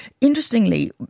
Interestingly